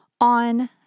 on